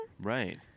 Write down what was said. Right